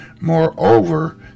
Moreover